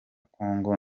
congo